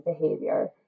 behavior